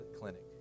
Clinic